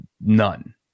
None